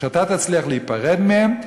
שאתה תצליח להיפרד מהם,